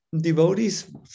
devotees